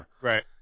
right